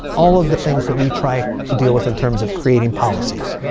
all of the things that we try to deal with in terms of creating policies.